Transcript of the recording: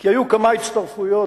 כי היו כמה הצטרפויות,